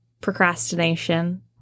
procrastination